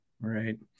right